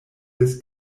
des